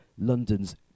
London's